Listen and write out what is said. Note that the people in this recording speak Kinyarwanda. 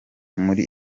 muri